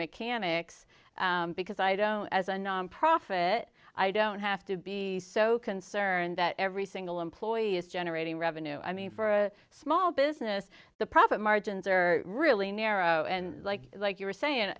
mechanics because i don't as a nonprofit i don't have to be so concerned that every single employee is generating revenue i mean for a small business the profit margins are really narrow and like like you're saying